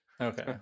Okay